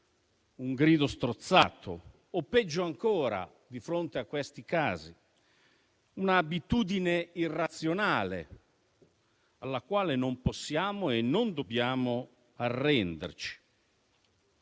un grido strozzato o, peggio ancora di fronte a questi casi, un'abitudine irrazionale, alla quale non possiamo e non dobbiamo arrenderci.